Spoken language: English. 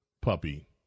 puppy